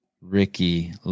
Ricky